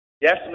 Yes